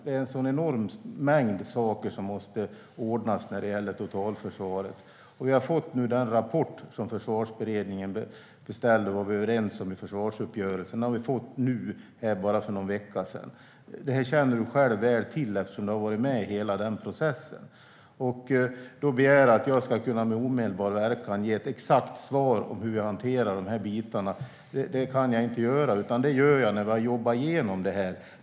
Det är en sådan enorm mängd saker som måste ordnas i totalförsvaret. Jag har nu fått den rapport som Försvarsberedningen beställde och som vi var överens om i försvarsuppgörelsen. Vi fick den för bara någon vecka sedan. Detta känner Mikael Oscarsson själv väl till eftersom han har varit med i hela den processen. Nu begär han att jag ska kunna ge ett exakt svar på hur jag hanterar de delarna, men det kan jag inte göra nu, utan det gör jag när vi har arbetat igenom detta.